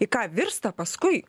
į ką virsta paskui